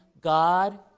God